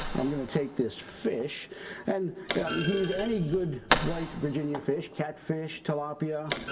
i'm gonna take this fish and, yeah um, you can use any good white virginia fish, catfish, tilapia,